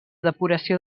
depuració